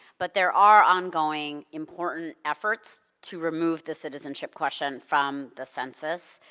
but there are ongoing important efforts to remove the citizenship question from the census,